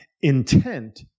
Intent